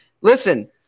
listen